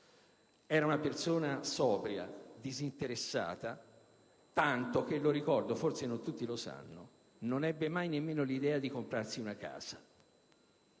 Era una persona sobria e disinteressata, tanto che - lo ricordo e forse non tutti lo sanno - non ebbe mai nemmeno l'idea di comprarsi una casa.